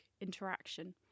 interaction